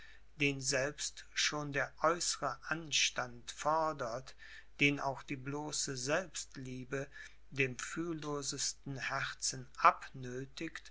den selbst schon der äußere anstand fordert den auch die bloße selbstliebe dem fühllosesten herzen